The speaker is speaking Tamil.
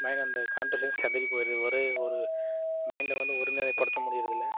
மைண்ட் அந்த கான்ட்ரசேஷன் சிதறி போயிடுது ஒரே ஒரு மைண்டை வந்து ஒருநிலைப்படுத்த முடிகிறதில்ல